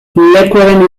lekueren